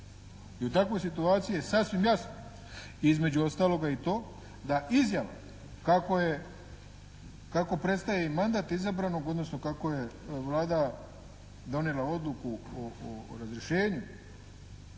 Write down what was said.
I u takvoj situaciji je sasvim jasno između ostaloga i to da izjava kako je, kako prestaje i mandat izabranog, odnosno kako je Vlada donijela odluku o razrješenju,